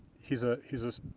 he's a he's a